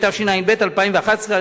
התשע"ב 2011,